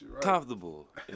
comfortable